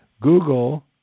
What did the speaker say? Google